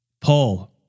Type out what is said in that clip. Paul